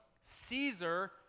Caesar